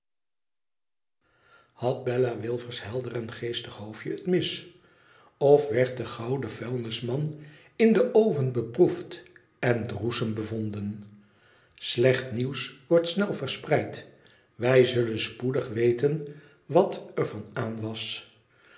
had bella wilfer s helder en geestig hoofdje het mis of werd de gouden vuilnisman in den oven beproefd en droesem bevonden slecht nieuws wordt snel verspreid wij zullen spoedig weten wat er van aan was